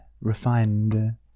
Refined